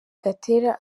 gatera